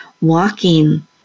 walking